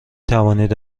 توانید